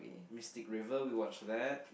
Mystic Raver we watched that